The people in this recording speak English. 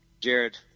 jared